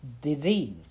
disease